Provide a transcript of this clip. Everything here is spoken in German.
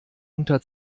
unter